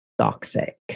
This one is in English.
toxic